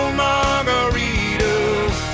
margaritas